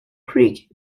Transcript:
creek